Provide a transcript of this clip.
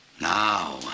Now